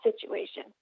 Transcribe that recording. situation